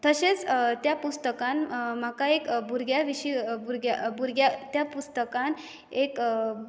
तशेंच त्या पुस्तकान म्हाका एक भुरग्या विशीं भुरग्या भुरग्या त्या पुस्तकान एक भुरग्या